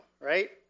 right